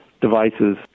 devices